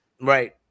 Right